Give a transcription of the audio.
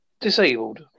disabled